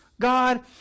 God